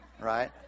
right